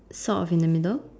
sort of in the middle